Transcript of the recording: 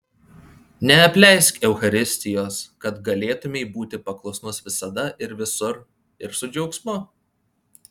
neapleisk eucharistijos kad galėtumei būti paklusnus visada ir visur ir su džiaugsmu